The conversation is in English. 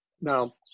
now